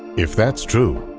if that's true,